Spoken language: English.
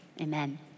amen